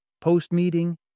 Post-meeting